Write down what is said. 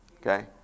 Okay